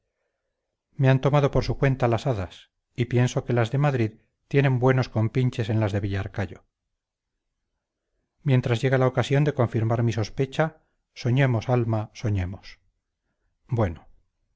me han tomado por su cuenta las hadas y pienso que las de madrid tienen buenos compinches en las de villarcayo mientras llega la ocasión de confirmar mi sospecha soñemos alma soñemos bueno